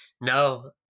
No